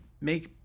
Make